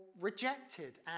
rejected